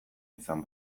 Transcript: izan